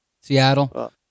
Seattle